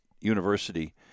University